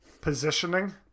positioning